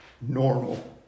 normal